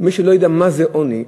ומי שלא יודע מה זה עוני,